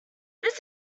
this